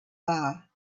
are